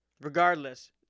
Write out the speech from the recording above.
Regardless